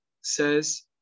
says